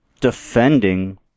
defending